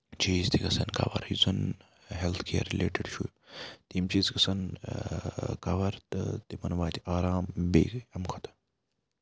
چیٖز تہِ گژھن کَور یُس زَن ہیٚلٕتھ کِیر رِلیٹِڈ چھُ تِم چیٖز گژھن کَور تہٕ تِمن واتہِ آرام بیٚیہِ اَمہِ کھۄتہٕ